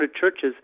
churches